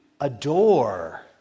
adore